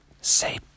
Say